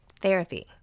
Therapy